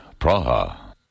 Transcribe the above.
Praha